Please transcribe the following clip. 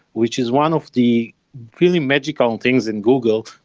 which is one of the really magical and things in google,